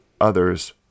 others